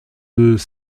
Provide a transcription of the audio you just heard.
deux